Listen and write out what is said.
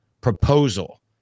proposal